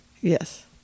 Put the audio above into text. Yes